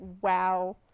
wow